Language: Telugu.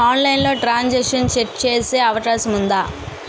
ఆన్లైన్లో ట్రాన్ సాంక్షన్ చెక్ చేసే అవకాశం ఉందా?